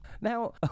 now